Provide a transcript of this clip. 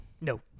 No